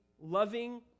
loving